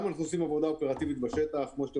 אנחנו גם עושים עבודה אופרטיבית בשטח,